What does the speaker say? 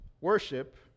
worship